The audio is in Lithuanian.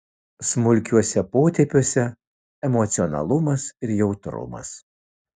smulkiuose potėpiuose emocionalumas ir jautrumas